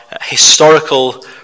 historical